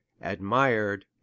admired